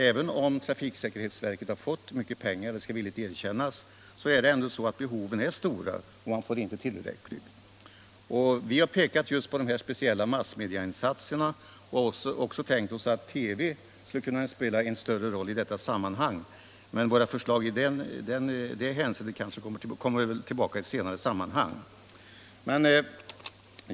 Även om trafiksäkerhetsverket fått mycket pengar — det skall villigt erkännas — är behoven stora och man får inte tillräckligt. Vi har pekat på de speciella massmediainsatserna, och även tänkt oss att TV skulle kunna spela en större roll i detta sammanhang. Men våra förslag i det hänseendet kommer tillbaka i ett senare sammanhang.